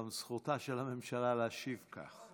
גם זכותה של הממשלה להשיב כך.